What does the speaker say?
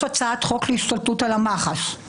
יש הצעת חוק השתלטות על המח"ש,